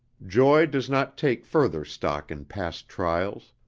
joy does not take further stock in past trials